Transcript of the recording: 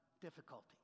difficulty